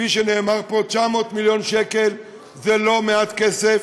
כפי שנאמר פה, 900 מיליון שקל זה לא מעט כסף,